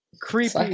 creepy